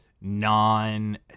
non